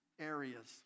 areas